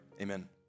amen